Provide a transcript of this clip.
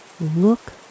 look